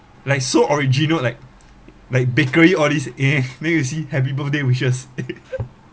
like so original like like bakery all this eh then you see happy birthday wishes